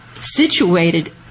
situated